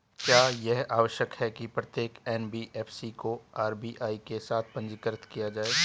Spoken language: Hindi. क्या यह आवश्यक है कि प्रत्येक एन.बी.एफ.सी को आर.बी.आई के साथ पंजीकृत किया जाए?